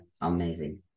amazing